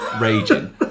Raging